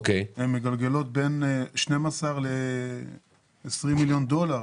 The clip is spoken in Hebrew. הן מגלגלות בין 12 ל-20 מיליון דולר,